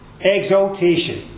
Exaltation